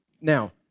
now